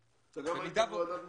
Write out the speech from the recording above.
אתה גם היית בוועדת המשנה?